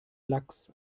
lachs